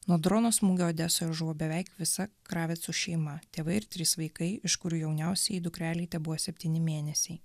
nuo drono smūgio odesoje žuvo beveik visa kravecų šeima tėvai ir trys vaikai iš kurių jauniausiajai dukrelei tebuvo septyni mėnesiai